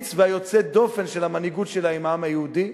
האמיץ והיוצא-דופן של המנהיגות שלה עם העם היהודי,